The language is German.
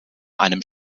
einem